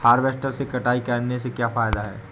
Harvester से कटाई करने से क्या फायदा है?